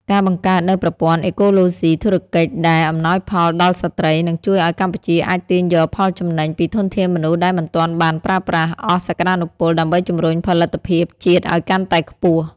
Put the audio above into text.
ការបង្កើតនូវប្រព័ន្ធអេកូឡូស៊ីធុរកិច្ចដែលអំណោយផលដល់ស្ត្រី នឹងជួយឱ្យកម្ពុជាអាចទាញយកផលចំណេញពីធនធានមនុស្សដែលមិនទាន់បានប្រើប្រាស់អស់សក្ដានុពល ដើម្បីជំរុញផលិតភាពជាតិឱ្យកាន់តែខ្ពស់។